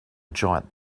giant